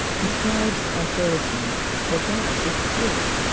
the scribes and pharisees forgot its spirit,